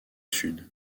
sud